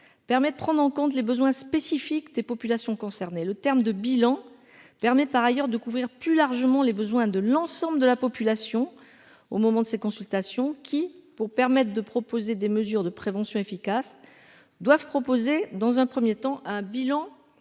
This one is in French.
permet de prendre en compte les besoins spécifiques des populations concernées, le terme de bilan permet par ailleurs de couvrir plus largement les besoins de l'ensemble de la population au moment de ces consultations, qui pour permettre de proposer des mesures de prévention efficaces doivent proposer dans un 1er temps un bilan